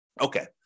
Okay